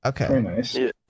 Okay